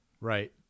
right